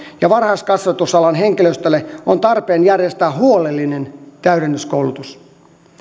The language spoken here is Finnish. ja varhaiskasvatusalan henkilöstölle on tarpeen järjestää huolellinen täydennyskoulutus